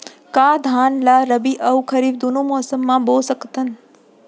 का धान ला रबि अऊ खरीफ दूनो मौसम मा बो सकत हन?